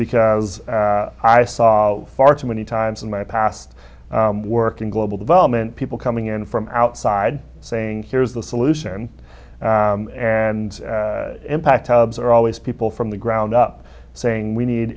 because i saw far too many times in my past work in global development people coming in from outside saying here's the solution and impact hubs are always people from the ground up saying we need